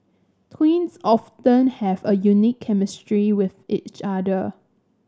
twins often have a unique chemistry with each other